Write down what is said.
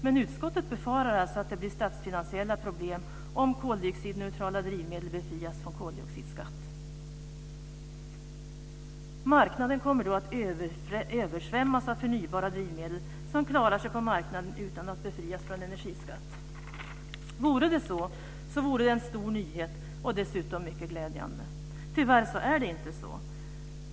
Men utskottet befarar alltså att det blir statsfinansiella problem om koldioxidneutrala drivmedel befrias från koldioxidskatt. Marknaden kommer då att översvämmas av förnybara drivmedel som klarar sig på marknaden utan att befrias från energiskatt. Vore det så vore det en stor nyhet och dessutom mycket glädjande. Tyvärr är det inte så.